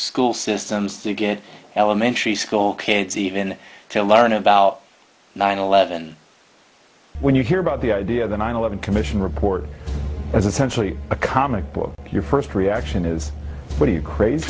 school systems to get elementary school kids even to learn about nine eleven when you hear about the idea the nine eleven commission report is essentially a comic book your first reaction is pretty crazy